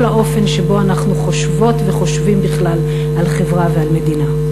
האופן שבו אנחנו חושבות וחושבים בכלל על חברה ועל מדינה.